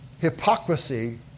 hypocrisy